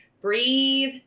breathe